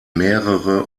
mehrere